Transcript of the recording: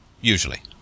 usually